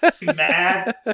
mad